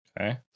okay